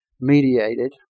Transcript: mediated